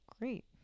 great